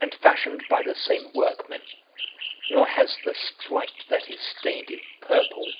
and fashioned by the same workman nor has the stripe that is stained in purple